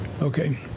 Okay